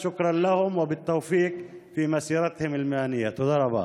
תודה להם ובהצלחה בקריירה המקצועית שלהם.) תודה רבה.